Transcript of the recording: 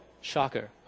Shocker